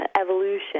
evolution